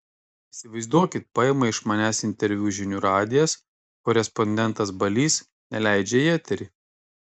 įsivaizduokit paima iš manęs interviu žinių radijas korespondentas balys neleidžia į eterį